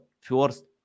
first